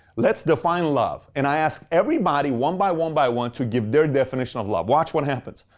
let's define love. and i asked everybody one by one by one to give their definition of love. watch what happens.